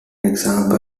example